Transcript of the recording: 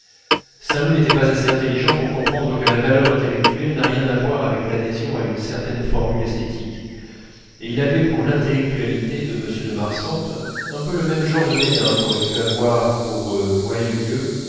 saint loup n'était pas assez intelligent pour comprendre que la valeur intellectuelle n'a rien à voir avec l'adhésion à une certaine formule esthétique et il avait pour l'intellectualité de m de marsantes un peu le même genre de dédain qu'auraient pu avoir pour boieldieu